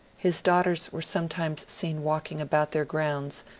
his daughters were sometimes seen walking about their grounds,